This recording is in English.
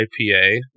IPA